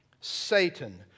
Satan